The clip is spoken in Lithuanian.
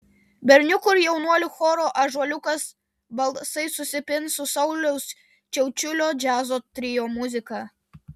berniukų ir jaunuolių choro ąžuoliukas balsai susipins su sauliaus šiaučiulio džiazo trio muzika